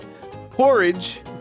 porridge